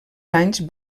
d’anys